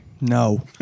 No